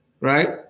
right